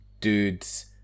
dude's